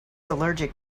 allergic